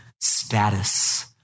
status